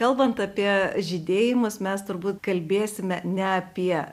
kalbant apie žydėjimus mes turbūt kalbėsime ne apie